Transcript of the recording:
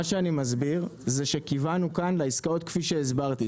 מה שאני מסביר זה שכיוונו כאן לעסקאות כפי שהסברתי,